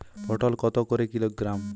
পটল কত করে কিলোগ্রাম?